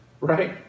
right